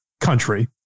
country